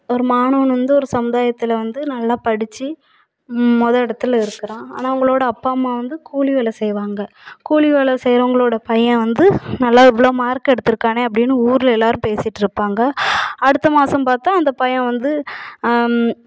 ஒரு மாணவன் வந்து ஒரு சமுதாயத்தில் வந்து நல்லா படித்து மொதல் இடத்துல இருக்கிறான் ஆனால் அவங்களோட அப்பா அம்மா வந்து கூலி வேலை செய்வாங்க கூலி வேலை செய்யிறவங்களோடய பையன் வந்து நல்லா இவ்வளோ மார்க் வந்து எடுத்திருக்கானே அப்படின்னு ஊரில் எல்லோரும் பேசிகிட்டுருப்பாங்க அடுத்த மாதம் பார்த்தா அந்த பையன் வந்து